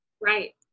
Right